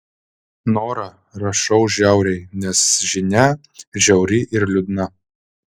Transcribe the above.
nora rašau žiauriai nes žinia žiauri ir liūdna